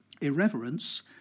irreverence